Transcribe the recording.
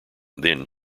then